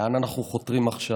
לאן אנחנו חותרים עכשיו?